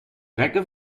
rekken